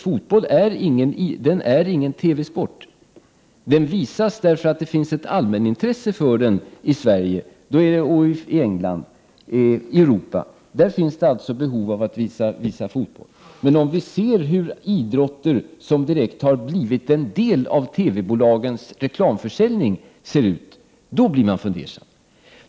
Fotboll är ingen TV-sport men visas därför att det finns ett allmänt intresse för den i Sverige och i England samt i övriga Europa. Där finns det behov av att visa fotboll. Om man studerar hur idrotter som direkt har blivit en del av TV-bolagens reklamförsäljning ser ut, blir man fundersam.